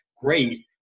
great